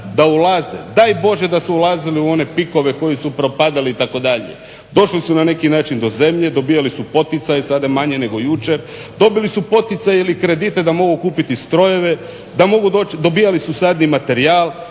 da ulaze, daj Bože da su ulazili u one PIK-ove koji su propadali itd., došli su na neki način do zemlje, dobivali su poticaj sada manje nego jučer, dobili su poticaje ili kredite da mogu kupiti strojeve, dobijali su sadni i materijal,